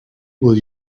will